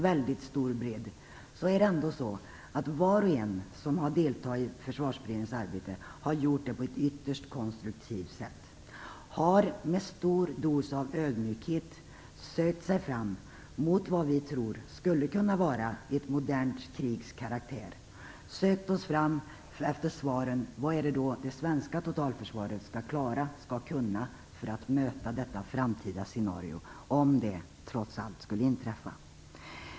Var och en som har deltagit i Försvarsberedningens arbete har gjort det på ett ytterst konstruktivt sätt. Man har med en stor dos av ödmjukhet sökt sig fram mot vad vi tror skulle kunna vara ett modernt krigs karaktär. Vi har sökt oss fram till svaren på frågan: Vad är det som det svenska totalförsvaret skall klara för att kunna möta ett framtida scenario, om det trots allt skulle inträffa?